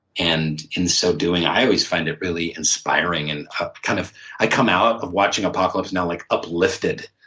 and in so doing, i always find it really inspiring. and ah kind of i come out of watching apocalypse now like uplifted.